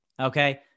Okay